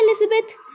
elizabeth